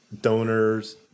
donors